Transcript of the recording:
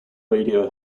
radio